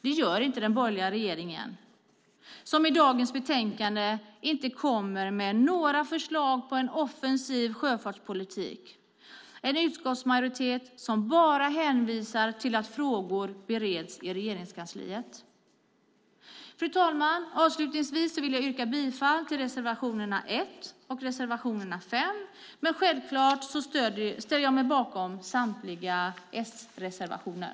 Det gör inte den borgerliga regeringen, och i dagens betänkande lägger de borgerliga inte fram några förslag på en offensiv sjöfartspolitik. Utskottsmajoriteten hänvisar bara till att frågor bereds i Regeringskansliet. Fru talman! Jag vill yrka bifall till reservationerna 1 och 5. Självklart ställer jag mig bakom samtliga S-reservationer.